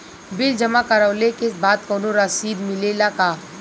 Bill जमा करवले के बाद कौनो रसिद मिले ला का?